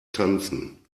tanzen